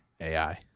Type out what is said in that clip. AI